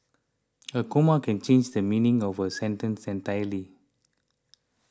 a comma can change the meaning of a sentence entirely